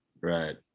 right